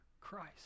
Christ